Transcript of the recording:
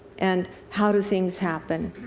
and how do things happen?